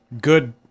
Good